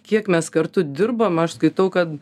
kiek mes kartu dirbom aš skaitau kad